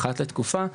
אחת לתקופה,